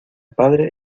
padre